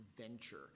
venture